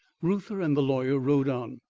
reuther and the lawyer rode on.